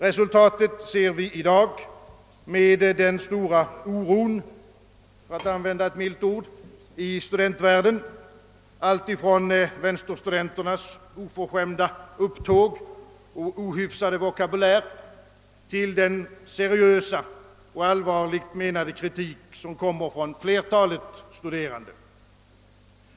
Resultatet ser vi i dag i den stora oron — för att använda ett milt ord — i studentvärlden alltifrån vänsterstudenternas oförskämda upptåg och ohyfsade vokabulär till den seriösa och allvarligt menade kritik som kommer från flertalet studerande.